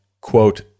quote